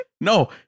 No